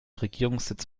regierungssitz